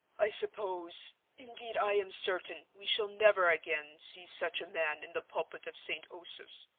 i suppose, indeed i am certain, we shall never again see such a man in the pulpit of st. osoph's.